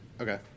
Okay